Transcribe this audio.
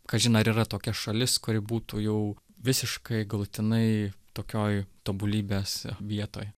kažin ar yra tokia šalis kuri būtų jau visiškai galutinai tokioj tobulybės vietoj